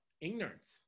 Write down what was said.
ignorance